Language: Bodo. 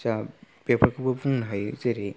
जाहा बेफोरखौबो बुंनो हायो जेरै